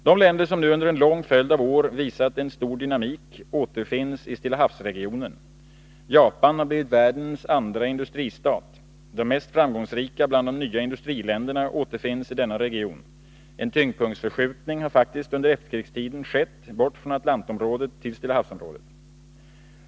De länder som nu under en lång följd av år visat en stor dynamik återfinns i Stilla havs-regionen. Japan har blivit världens andra industristat. De mest framgångsrika bland de nya industriländerna återfinns i denna region. Denna tyngdpunktsförskjutning har faktiskt under efterkrigstiden skett bort från Atlantområdet till Stilla havs-området.